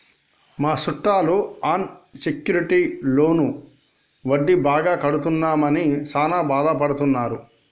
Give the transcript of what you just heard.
మా సుట్టాలు unsecured loan వడ్డీ బాగా కడుతున్నామని సాన బాదపడుతున్నారు